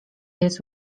jest